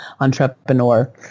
entrepreneur